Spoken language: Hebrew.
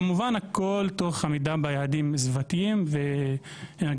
כמובן הכול תוך עמידה ביעדים סביבתיים ואנרגטיים,